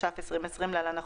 התש"ף 2020 (להלן- החוק),